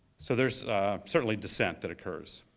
so there's certainly dissent that occurs.